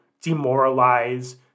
demoralize